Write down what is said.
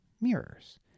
mirrors